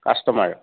customer